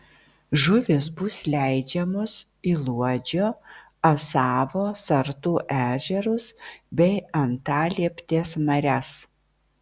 žuvys bus leidžiamos į luodžio asavo sartų ežerus bei antalieptės marias